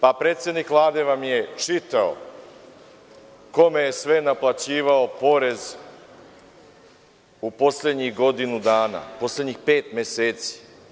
Predsednik Vlade vam je čitao kome je sve naplaćivao porez u poslednjih godinu dana, poslednjih pet meseci.